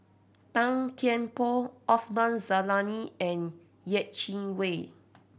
Tan Kian Por Osman Zailani and Yeh Chi Wei